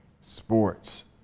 sports